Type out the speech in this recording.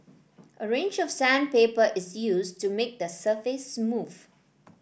a range of sandpaper is used to make the surface smooth